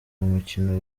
mukino